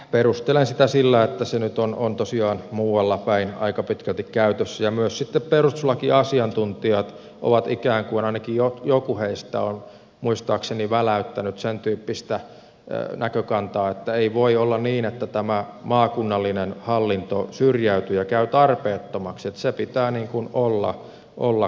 perustelen sitä sillä että se nyt on tosiaan muualla päin aika pitkälti käytössä ja myös sitten perustuslakiasiantuntijat ovat ikään kuin ainakin joku heistä muistaakseni väläyttäneet sen tyyppistä näkökantaa että ei voi olla niin että tämä maakunnallinen hallinto syrjäytyy ja käy tarpeettomaksi niin että se pitää olla kyllä